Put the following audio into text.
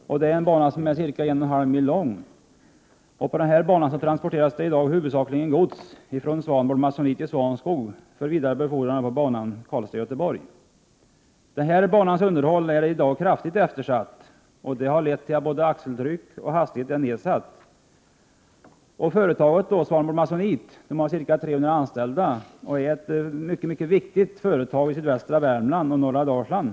Den är ca 1,5 mil lång. PÅ denna bana transporteras i dag huvudsakligen gods från Swanboard Masonite i Svanskog för vidare befordran på banan Karlstad-Göteborg. Banans underhåll är i dag kraftigt eftersatt, vilket har lett till att både axeltryck och hastighet är nedsatta. Företaget Swanboard Masonite har ca 300 anställda och är ett mycket viktigt företag i sydvästra Värmland och norra Dalsland.